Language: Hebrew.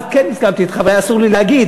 אז כן הסכמתי אתך אבל היה אסור לי להגיד.